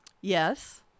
Yes